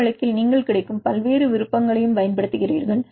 இந்த வழக்கில் நீங்கள் கிடைக்கும் பல்வேறு விருப்பங்களைப் பயன்படுத்துகிறீர்கள்